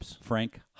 Frank